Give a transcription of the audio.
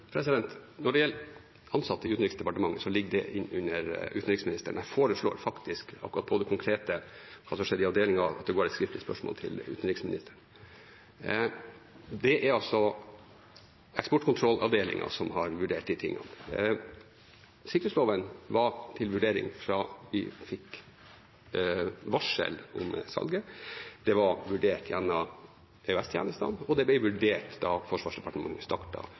Når det gjelder ansatte i Utenriksdepartementet, ligger det inn under utenriksministeren. Jeg foreslår faktisk akkurat på det konkrete punktet om hva som har skjedd i avdelingen, at det går et skriftlig spørsmål til utenriksministeren. Det er altså eksportkontrollavdelingen som har vurdert disse tingene. Sikkerhetsloven var til vurdering fra vi fikk varsel om dette salget. Det var vurdert gjennom EOS-tjenestene, og det ble vurdert da Forsvarsdepartementet